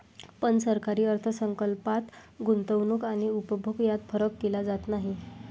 पण सरकारी अर्थ संकल्पात गुंतवणूक आणि उपभोग यात फरक केला जात नाही